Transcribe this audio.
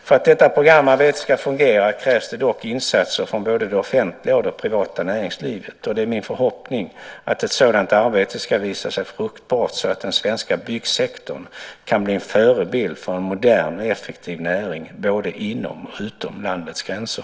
För att detta programarbete ska fungera krävs det dock insatser från både det offentliga och det privata näringslivet, och det är min förhoppning att ett sådant arbete ska visa sig fruktbart så att den svenska byggsektorn kan bli en förebild för en modern och effektiv näring både inom och utom landets gränser.